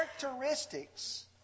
characteristics